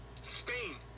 Spain